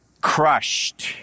crushed